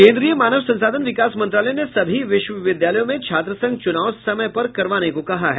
केन्द्रीय मानव संसाधन विकास मंत्रालय ने सभी विश्वविद्यालयों में छात्र संघ चुनाव समय पर करवाने को कहा है